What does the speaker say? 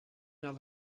know